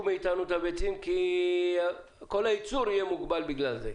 מאיתנו את הביצים כי כל הייצור יהיה מוגבל בגלל זה.